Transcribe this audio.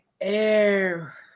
air